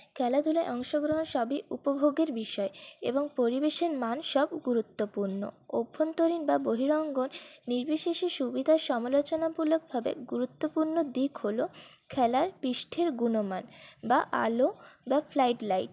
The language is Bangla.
খেলাধূলায় অংশগ্রহণ সবই উপভোগের বিষয় এবং পরিবেশের মান সব গুরুত্বপূর্ণ অভ্যন্তরীণ বা বহিরাঙ্গন নির্বিশেষে সুবিধা সমালোচনামূলকভাবে গুরুত্বপূর্ণ দিক হল খেলার পিষ্ঠের গুণমান বা আলো বা ফ্লাইট লাইট